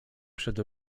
przed